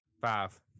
five